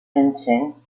junction